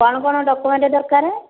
କ'ଣ କ'ଣ ଡକ୍ୟୁମେଣ୍ଟ୍ ଦରକାରେ